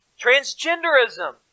transgenderism